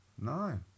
No